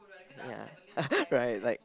ya right like